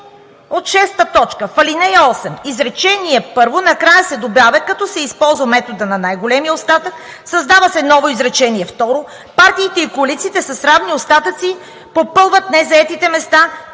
от шеста точка в ал. 8: „В изречение първо накрая се добавя, като се използва методът на най-големия остатък, създава се ново изречение второ: „Партиите и коалициите с равни остатъци попълват незаетите места,